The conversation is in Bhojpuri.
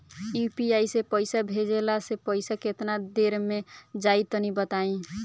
यू.पी.आई से पईसा भेजलाऽ से पईसा केतना देर मे जाई तनि बताई?